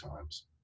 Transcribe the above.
times